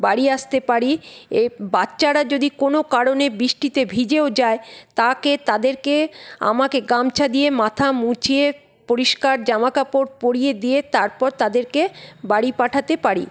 বাড়ি আসতে পারি এ বাচ্চারা যদি কোনো কারণে বৃষ্টিতে ভিজেও যায় তাকে তাদেরকে আমাকে গামছা দিয়ে মাথা মুছিয়ে পরিষ্কার জামাকাপড় পরিয়ে দিয়ে তারপর তাদেরকে বাড়ি পাঠাতে পারি